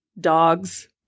Dogs